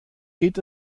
geht